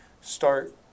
start